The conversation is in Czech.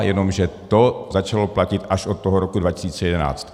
Jenomže to začalo platit až od roku 2011.